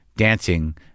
dancing